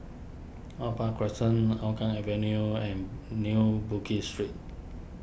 Opal Crescent Hougang Avenue and New Bugis Street